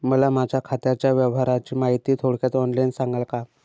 मला माझ्या खात्याच्या व्यवहाराची माहिती थोडक्यात ऑनलाईन सांगाल का?